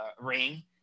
ring